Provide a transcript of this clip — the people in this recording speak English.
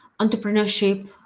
entrepreneurship